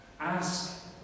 Ask